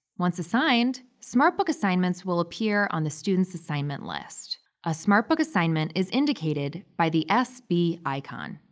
once assigned, smartbook assignments will appear on the student's assignment list. a smartbook assignment is indicated by the sb icon.